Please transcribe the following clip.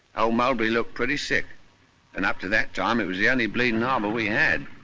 ole mulberry looked pretty sick and after that time, it was the only bleeding harbor we had.